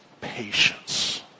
patience